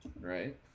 right